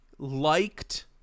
Liked